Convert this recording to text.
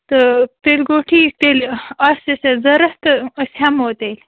تہٕ تیٚلہِ گوٚو ٹھیٖک تیٚلہِ آسٮ۪س اَسہِ ضروٗرت تہٕ أسۍ ہٮ۪مو تیٚلہِ